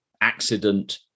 accident